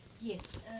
Yes